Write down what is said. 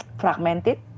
fragmented